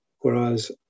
whereas